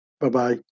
bye-bye